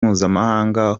mpuzamahanga